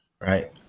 right